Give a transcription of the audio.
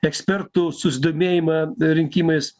ekspertų susidomėjimą rinkimais